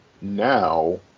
now